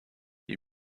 you